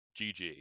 GG